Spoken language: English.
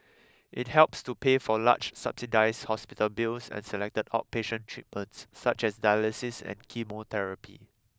it helps to pay for large subsidised hospital bills and selected outpatient treatments such as dialysis and chemotherapy